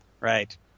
right